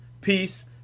peace